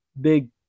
big